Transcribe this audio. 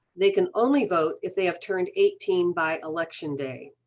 they can only vote if they have turned eighteen by election day.